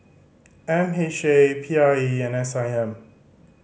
M H A P I E and S I M